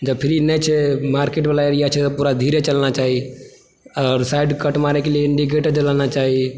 जब फ्री नहि छै मार्केट वाला एरिया छै तऽ पुरा धीरे चलना चाही और साइड कट मारयके लिए इन्डीकेटर जलाना चाही